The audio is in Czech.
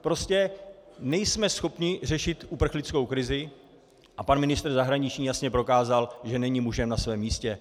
Prostě nejsme schopni řešit uprchlickou krizi a pan ministr zahraničí jasně prokázal, že není mužem na svém místě.